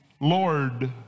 Lord